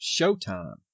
Showtime